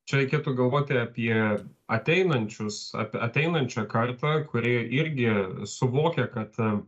čia reikėtų galvoti apie ateinančius apie ateinančią kartą kuri irgi suvokia kad